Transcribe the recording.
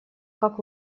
как